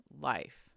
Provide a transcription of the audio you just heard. life